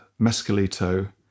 Mescalito